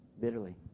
bitterly